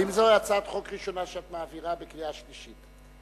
האם זוהי הצעת החוק הראשונה שאת מעבירה בקריאה שלישית?